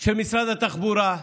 של משרד התחבורה,